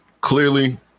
Clearly